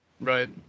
Right